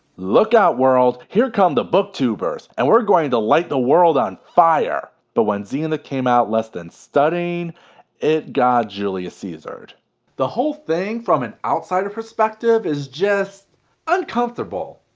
look out world here come the booktubers and we're going to light the world on fire. but when zenith came out less then stunning it got julius cesared the whole thing from an outsider perspective is just uncomfortable.